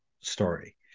story